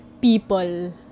people